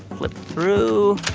flip through.